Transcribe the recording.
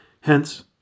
Hence